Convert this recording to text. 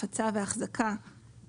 הפצה והחזקה